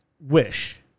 Wish